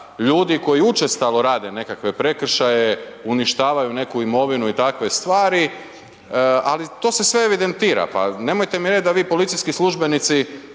ljudi koji učestalo rade nekakve prekršaje, uništavaju neku imovinu i takve stvari ali to se sve evidentira, pa nemojte mi reć da vi policijski službenici